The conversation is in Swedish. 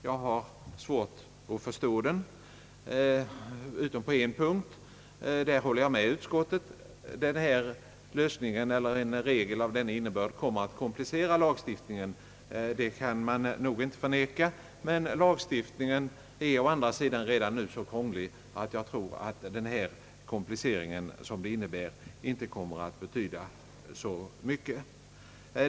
Jag har svårt att förstå den utom på en punkt. Där håller jag med utskottet. En regel av denna innebörd kommer att komplicera lagstiftningen men lagstiftningen är å andra sidan redan nu så krånglig att jag tror att den komplicering som förslaget innebär inte kommer att betyda så mycket.